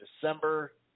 December